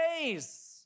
days